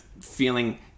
feeling